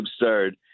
absurd